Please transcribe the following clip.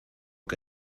que